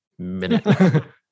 Minute